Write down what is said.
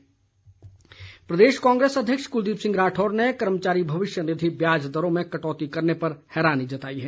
कांग्रेस प्रदेश कांग्रेस अध्यक्ष कुलदीप सिंह राठौर ने कर्मचारी भविष्य निधि ब्याज दरों में कटौती करने पर हैरानी जताई है